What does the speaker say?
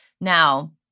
Now